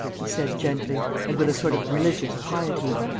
he said, gently and with a sort of religious piety,